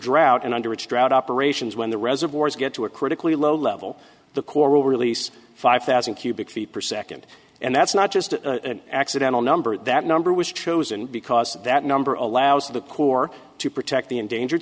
drought and under its drought operations when the reservoirs get to a critically low level the corps will release five thousand cubic feet per second and that's not just an accidental number that number was chosen because that number allows the corps to protect the endangered